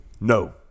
No